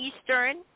Eastern